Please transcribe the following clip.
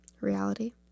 reality